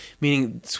Meaning